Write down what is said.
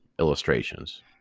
illustrations